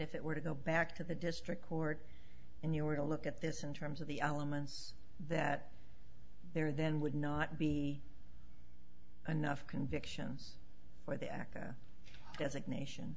if it were to go back to the district court in you were to look at this in terms of the elements that there then would not be enough convictions for the aca designation